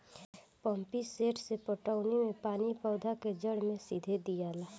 pump set से पटौनी मे पानी पौधा के जड़ मे सीधे दियाला